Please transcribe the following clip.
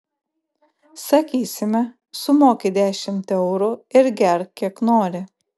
sakysime sumoki dešimt eurų ir gerk kiek nori